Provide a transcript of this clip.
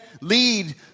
lead